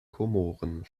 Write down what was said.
komoren